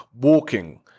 walking